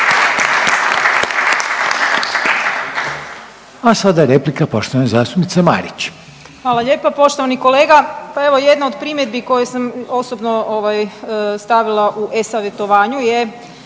A sada replika poštovane zastupnice Marić. **Marić, Andreja (SDP)** Hvala lijepa poštovani kolega. Pa evo jedna od primjedbi koje sam osobno ovaj, stavila u e-Savjetovanju je